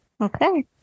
Okay